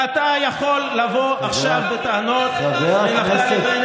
זה כל כך הפריע לך, שהתפטרת, נכון?